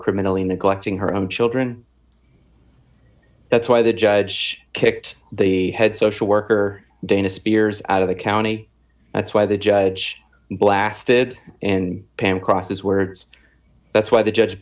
criminally neglecting her own children that's why the judge kicked the head social worker dana spears out of the county that's why the judge blasted and pam cross his words that's why the judge